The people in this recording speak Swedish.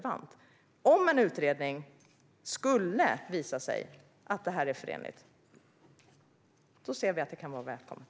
Om en utredning skulle visa att det är förenligt med alkoholmonopolet menar vi att det kan vara välkommet.